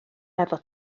hefo